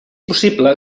possible